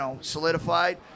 solidified